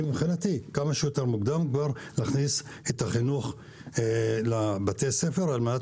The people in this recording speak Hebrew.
מבחינתי להכניס את החינוך הזה לבתי הספר כמה שיותר מוקדם,